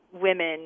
women